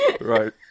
Right